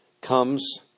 comes